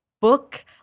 book—